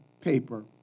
paper